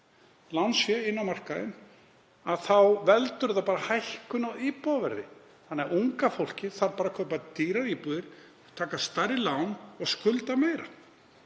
lánsfé inn á markaðinn, þá veldur það hækkun á íbúðaverði þannig að unga fólkið þarf bara að kaupa dýrari íbúðir, taka stærri lán og skulda meira.